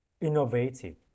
innovative